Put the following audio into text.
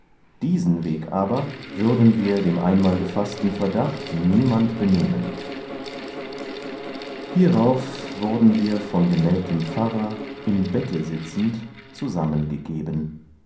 diesen weg aber würden wir dem einmal gefaßten verdacht niemand benehmen hierauf wurden wir von gemeldtem pfarrer im bette sitzend zusammengegeben